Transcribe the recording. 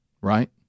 Right